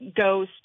goes